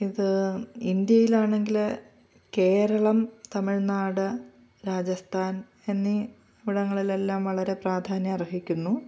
ഇത് ഇന്ത്യയിലാണെങ്കിൽ കേരളം തമിഴ്നാട് രാജസ്ഥാൻ എന്നീ ഇവിടങ്ങളിൽ എല്ലാം വളരെ പ്രധാന്യം അർഹിക്കുന്നു